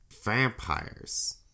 Vampires